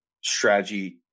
strategy